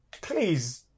please